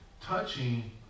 touching